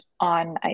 on